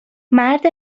مرد